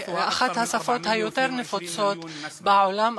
היא אחת השפות היותר-נפוצות בעולם: